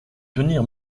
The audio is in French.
tenir